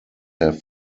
have